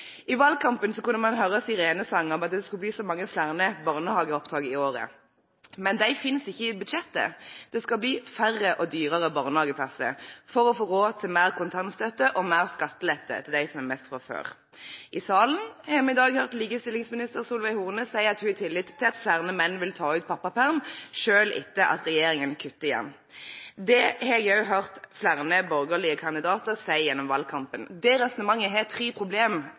I valgkampen kunne man høre sirenesanger om at det skulle bli så mange flere barnehageopptak i året, men det finnes ikke i budsjettet. Det skal bli færre og dyrere barnehageplasser for å få råd til mer kontantstøtte og mer skattelette til dem som har mest fra før. I salen har vi i dag hørt likestillingsminister Solveig Horne si at hun har tillit til at flere menn vil ta ut pappaperm, selv etter at regjeringen kutter i den. Det har jeg også hørt flere borgerlige kandidater si igjennom valgkampen. Det resonnementet har tre